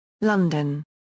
London